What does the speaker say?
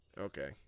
Okay